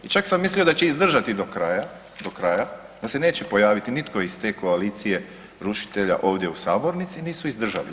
I čak sam mislio da će izdržati do kraja, do kraja, da se neće pojaviti nitko iz te koalicije rušitelja ovdje u sabornici, nisu izdržali.